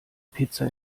pizza